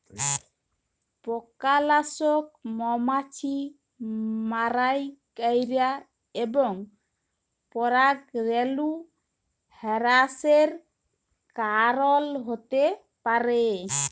পকালাসক মমাছি মারাই ক্যরে এবং পরাগরেলু হেরাসের কারল হ্যতে পারে